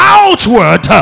outward